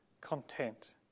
content